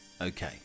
Okay